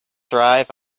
thrive